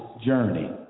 journey